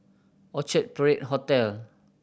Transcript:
Orchard Parade Hotel